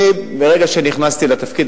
ברגע שנכנסתי לתפקיד,